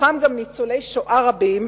בתוכם גם ניצולי שואה רבים,